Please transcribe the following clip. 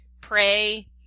pray